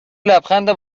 لبخند